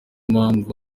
mpamvu